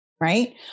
right